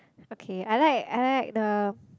okay I like I like the